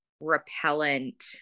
repellent